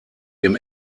dem